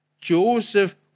Joseph